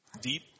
deep